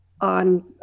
on